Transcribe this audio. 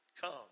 come